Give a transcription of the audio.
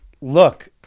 Look